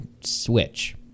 switch